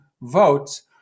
votes